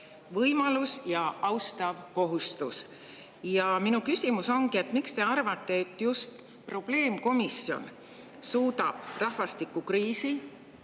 võimalus ja austav kohustus." Minu küsimus. Miks te arvate, et just probleemkomisjon suudab rahvastikukriisi